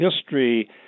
history